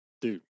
Dude